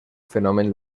fenomen